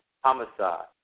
homicide